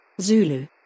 Zulu